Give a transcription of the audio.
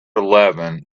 eleven